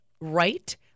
right